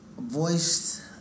Voiced